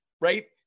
right